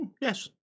yes